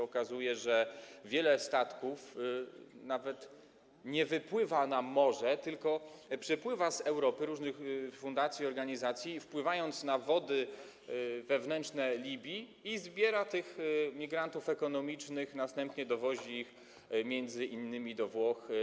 Okazuje się, że wiele statków nawet nie wypływa na morze, tylko przypływa z Europy, różnych fundacji i organizacji, wpływa na wody wewnętrzne Libii i zbiera tych migrantów ekonomicznych, a następnie dowozi ich m.in. do Włoch.